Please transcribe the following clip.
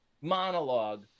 monologue